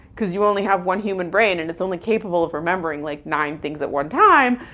cause you only have one human brain and it's only capable of remembering like nine things at one time,